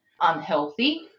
unhealthy